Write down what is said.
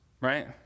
right